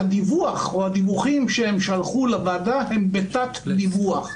שהדיווחים שהם שלחו לוועדה הם בתת-דיווח.